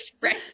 Right